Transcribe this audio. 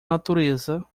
natureza